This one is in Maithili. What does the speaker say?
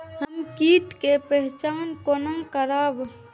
हम कीट के पहचान कोना करब?